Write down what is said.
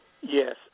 Yes